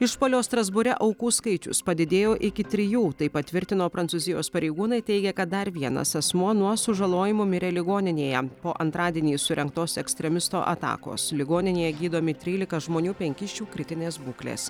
išpuolio strasbūre aukų skaičius padidėjo iki trijų tai patvirtino prancūzijos pareigūnai teigė kad dar vienas asmuo nuo sužalojimų mirė ligoninėje po antradienį surengtos ekstremisto atakos ligoninėje gydomi trylika žmonių penki iš jų kritinės būklės